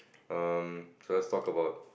mm so let's talk about